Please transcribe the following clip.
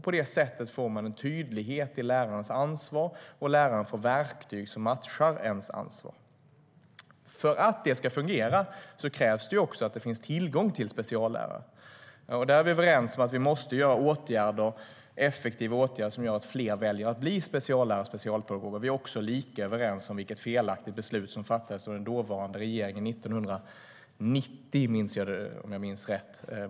På det sättet får man en tydlighet i lärarens ansvar, och läraren får verktyg som matchar detta ansvar. För att detta ska fungera krävs det också att det finns tillgång till speciallärare. Där är vi överens om att vi måste vidta effektiva åtgärder som gör att fler väljer att bli speciallärare och specialpedagoger. Vi är också lika överens om vilket felaktigt beslut som fattades av den dåvarande regeringen 1990 - om jag minns rätt.